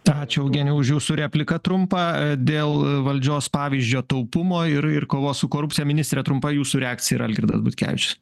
ačiū eugenijau už jūsų repliką trumpą dėl valdžios pavyzdžio taupumo ir ir kovos su korupcija ministre trumpa jūsų reakcija ir algirdas butkevičius